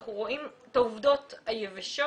אנחנו רואים את העובדות היבשות.